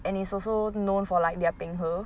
and it's also known for like their peng he